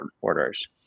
orders